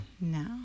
No